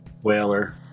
whaler